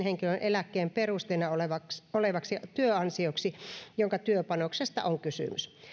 eläkkeen perusteena olevaksi olevaksi työansioksi jonka työpanoksesta on kysymys